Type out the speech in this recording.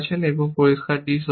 এবং পরিষ্কার d সত্য